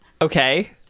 okay